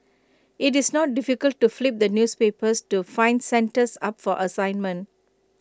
IT is not difficult to flip the newspapers to find centres up for assignment